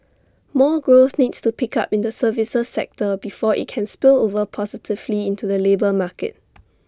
more growth needs to pick up in the services sector before IT can spill over positively into the labour market